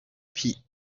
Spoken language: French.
pis